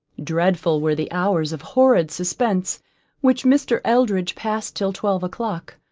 dreadful were the hours of horrid suspense which mr. eldridge passed till twelve o'clock,